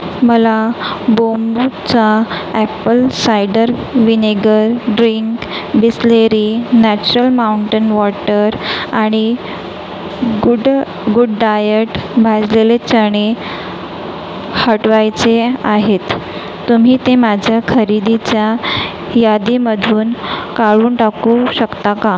मला बोंबुचा apple cider vinegar drink Bisleri natural mountain water आणि गुड गुडडाएट भाजलेले चणे हटवायचे आहेत तुम्ही ते माझ्या खरेदीच्या यादीमधून काढून टाकू शकता का